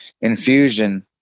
Infusion